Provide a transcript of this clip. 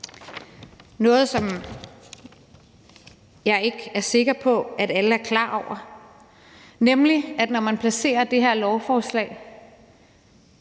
noget, som jeg ikke er sikker på at alle er klar over, nemlig at når man placerer det her lovforslag